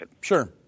Sure